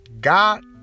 God